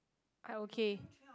I okay